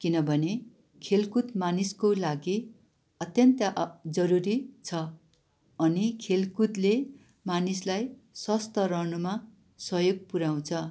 किनभने खेलकुद मानिसको लागि अत्यन्त जरुरी छ अनि खेलकुदले मानिसलाई स्वस्थ रहनुमा सहयोग पुऱ्याउँछ